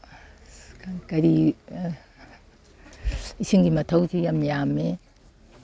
ꯀꯔꯤ ꯏꯁꯤꯡꯒꯤ ꯃꯊꯪꯁꯤ ꯌꯥꯝ ꯌꯥꯝꯃꯤ